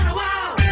wow